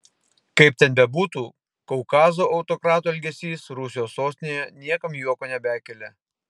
kaip ten bebūtų kaukazo autokrato elgesys rusijos sostinėje niekam juoko nebekelia